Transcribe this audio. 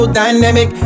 dynamic